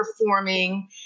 performing